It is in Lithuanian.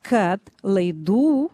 kad laidų